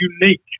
unique